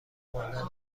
ماندن